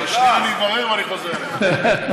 שנייה אני מברר ואני חוזר אליך.